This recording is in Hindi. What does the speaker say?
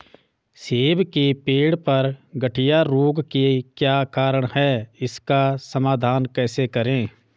सेब के पेड़ पर गढ़िया रोग के क्या कारण हैं इसका समाधान कैसे करें?